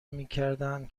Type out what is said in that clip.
میکردند